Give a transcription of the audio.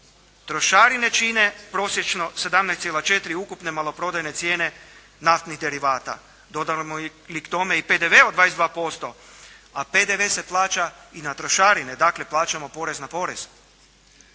Trošarine čine prosječno 17,4 ukupne maloprodajne cijene naftnih derivata. Dodamo li k tome i PDV i 22%, a PDV se plaća i na trošarine, dakle plaćamo porez na porez,